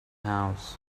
house